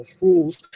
rules